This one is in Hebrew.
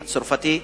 הצרפתי,